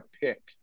pick